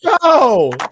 go